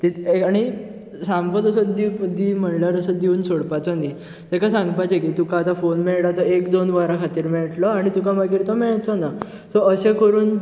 आनी सामको तसो दी दी म्हणल्यार तसो दिवन सोडपाचो न्ही तेका सांगपाचे की तुका आतां फोन मेळ्ळो तो एक दोन वरां खातीर मेळटलो आनी तुका मागीर तो मेळचो ना सो अशें करून